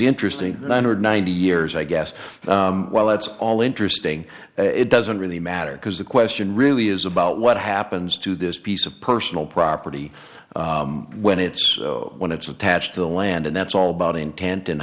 interesting nine hundred ninety years i guess well that's all interesting it doesn't really matter because the question really is about what happens to this piece of personal property when it's when it's attached to the land and that's all about intent and